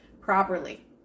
properly